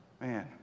man